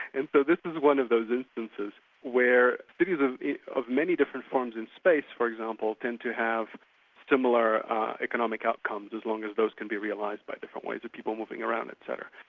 and so this is one of those instances where cities of of many different forms and space for example, tend to have similar economic outcomes as long as those can be realised by the different ways of people moving around etc.